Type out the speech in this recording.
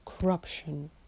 corruption